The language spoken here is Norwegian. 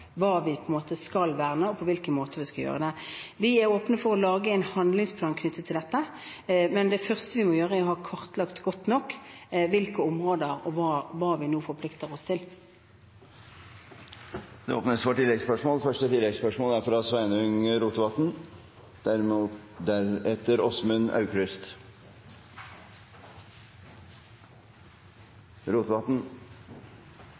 hva vi skal verne, og på hvilken måte vi skal gjøre det. Vi er åpne for å lage en handlingsplan knyttet til dette, men det første vi må gjøre, er å ha kartlagt godt nok hvilke områder, og hva vi nå forplikter oss til. Sveinung Rotevatn – til oppfølgingsspørsmål. Det er